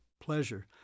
Pleasure